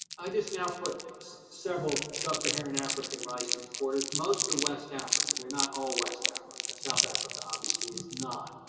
i just now put several sub-saharan african rice importers, most are west africa, they're not all west africa, south africa, obviously, is not,